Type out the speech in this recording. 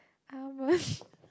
how much